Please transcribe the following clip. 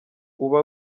uba